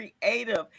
creative